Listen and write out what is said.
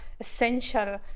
essential